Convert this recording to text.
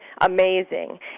amazing